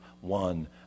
one